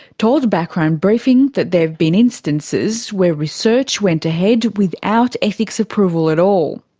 told background briefing that there have been instances where research went ahead without ethics approval at all.